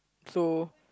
so